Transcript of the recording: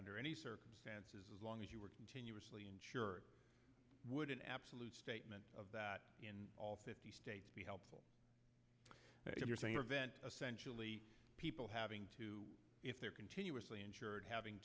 under any circumstances as long as you were sure would an absolute statement of that in all fifty states be helpful if you're saying event essentially people having to if they're continuously insured having